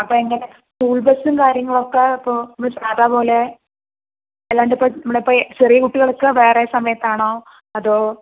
അപ്പോൾ എങ്ങനെയാണ് സ്കൂൾ ബസ്സും കാര്യങ്ങളൊക്കെ ഇപ്പോൾ ഇവിടെനിന്ന് സാധാപോലെ അല്ലാണ്ടിപ്പോൾ നമ്മുടെ ഇപ്പോൾ ഈ ചെറിയ കുട്ടികൾക്ക് വേറെ സമയത്താണോ അതോ